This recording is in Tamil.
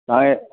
நா எ